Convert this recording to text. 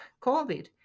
COVID